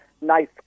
nice